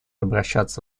обращаться